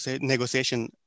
negotiation